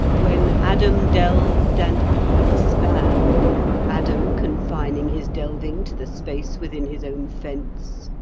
when adam delved and eve span adam confining his delving to the space within his own fence,